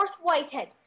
Whitehead